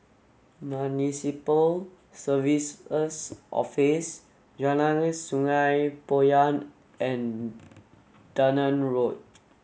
Municipal Services Office Jalan Sungei Poyan and Dunearn Road